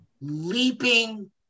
leaping